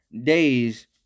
days